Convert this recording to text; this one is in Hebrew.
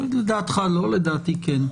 לדעתך לא, לדעתי כן.